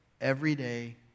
everyday